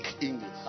English